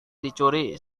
dicuri